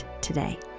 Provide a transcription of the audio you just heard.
today